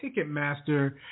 Ticketmaster